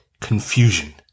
confusion